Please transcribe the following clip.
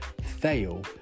fail